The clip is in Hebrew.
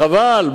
חבל.